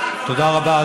תודה רבה,